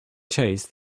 chase